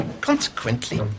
Consequently